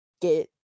get